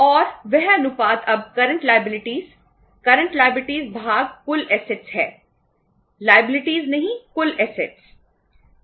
और वह अनुपात अब करंट लायबिलिटीज 14000 है